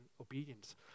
obedience